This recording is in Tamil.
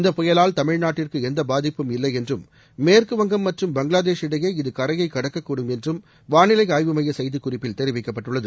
இந்தப் புயலால் தமிழ்நாட்டிற்கு எந்த பாதிப்பும் இல்லை என்றும் மேற்குவங்கம் மற்றும் பங்களாதேஷ் இடையே இது கரையை கடக்கக்கூடும் என்றும் வானிலை ஆய்வு மைய செய்திக்குறிப்பில் தெரிவிக்கப்பட்டுள்ளது